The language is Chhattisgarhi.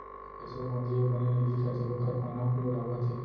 एसों गोंदली ह बने नइ दिखत हे ओकर पाना ह पिंवरावत हे